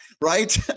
Right